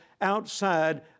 outside